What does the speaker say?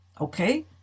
okay